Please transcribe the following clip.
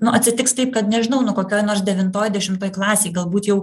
nu atsitiks taip kad nežinau nu kokioj nors devintoj dešimtoj klasėj galbūt jau